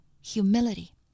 humility